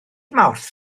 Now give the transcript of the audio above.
mawrth